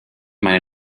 meine